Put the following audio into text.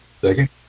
second